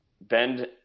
bend